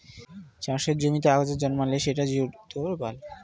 চাষের জমিতে আগাছা জন্মালে সেটা জমির মিনারেল চুষে নেয়